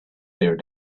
their